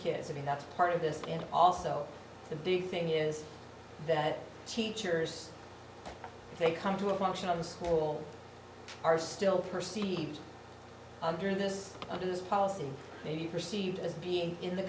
kids i mean that's part of this and also the big thing here is that teachers they come to a function of the school are still perceived under this others policy may be perceived as being in the